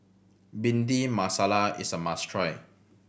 Bhindi Masala is a must try